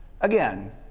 Again